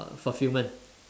uh fulfilment